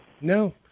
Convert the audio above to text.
No